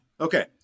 Okay